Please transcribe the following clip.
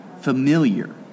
familiar